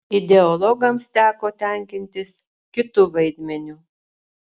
ideologams teko tenkintis kitu vaidmeniu